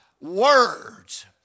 words